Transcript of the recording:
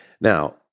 Now